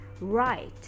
right